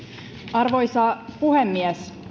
arvoisa puhemies